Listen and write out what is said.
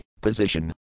position